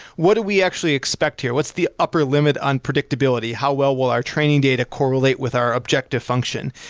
what do we actually expect here? what's the upper limit on predictability? how well will our training data correlate with our objective function?